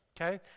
Okay